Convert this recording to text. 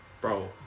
Bro